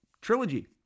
trilogy